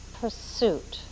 pursuit